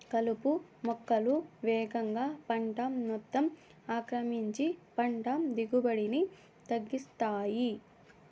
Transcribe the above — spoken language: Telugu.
కలుపు మొక్కలు వేగంగా పంట మొత్తం ఆక్రమించి పంట దిగుబడిని తగ్గిస్తాయి